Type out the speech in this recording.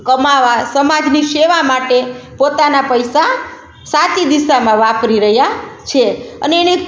કમાવા સમાજની સેવા માટે પોતાના પૈસા સાચી દિશામાં વાપરી રહ્યા છે અને એને